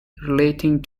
relating